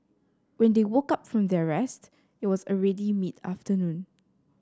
when they woke up from their rest it was already mid afternoon